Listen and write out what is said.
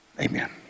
Amen